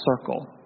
circle